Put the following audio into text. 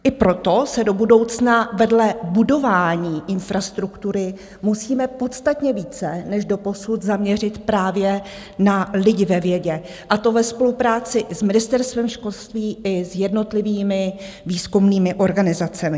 I proto se do budoucna vedle budování infrastruktury musíme podstatně více než doposud zaměřit právě na lidi ve vědě, a to ve spolupráci s Ministerstvem školství i jednotlivými výzkumnými organizacemi.